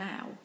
now